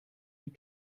die